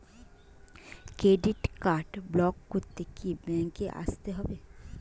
Credit card block করতে কি ব্যাংকে আসতে হবে?